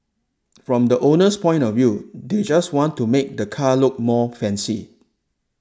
from the owner's point of view they just want to make the car look more fancy